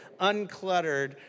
uncluttered